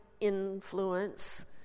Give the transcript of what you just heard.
influence